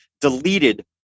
deleted